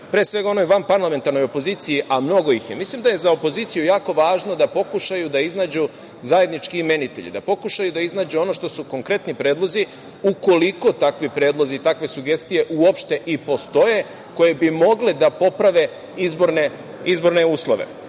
pre svega onoj vanparlamentarnoj opoziciji, a mnogo ih je, mislim da je za opoziciju jako važno da pokušaju da iznađu zajednički imenitelj, da pokušaju da iznađu ono što su konkretni predlozi, ukoliko takvi predlozi i takve sugestije uopšte i postoje koje bi mogle da poprave izborne uslove.